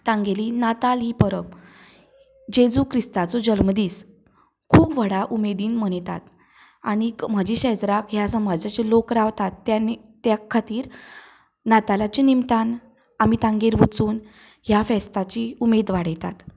तांगेली नाताल ही परब जेजू क्रिस्ताचो जल्मदीस खूब व्हडा उमेदीन मनयतात आनी म्हज्या शेजराक ह्या समाजाचे लोक रावतात त्या खातीर नातालाचे निमतान आमी तांगेर वचून ह्या फेस्ताची उमेद वाडयतात